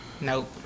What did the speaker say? Nope